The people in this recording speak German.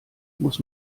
muss